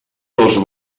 dos